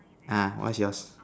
ah what's yours